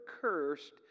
cursed